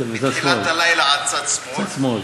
בתחילת הלילה על צד שמאל,